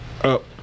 up